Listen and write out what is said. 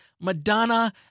Madonna